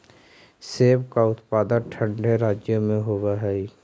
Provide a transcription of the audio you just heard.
सेब का उत्पादन ठंडे राज्यों में होव हई